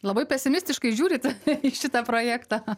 labai pesimistiškai žiūrit į šitą projektą